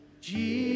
Jesus